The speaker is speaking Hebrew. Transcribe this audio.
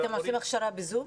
אתם עושים הכשרה ב-זום?